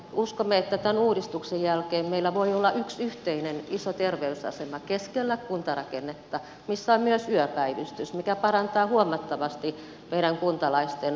uskomme että tämän uudistuksen jälkeen meillä voi olla yksi yhteinen iso terveysasema keskellä kuntarakennetta missä on myös yöpäivystys mikä parantaa huomattavasti meidän kuntalaistemme palveluita